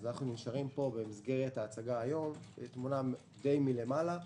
אנחנו נשארים פה במסגרת ההצגה היום בתמונה די מלמעלה.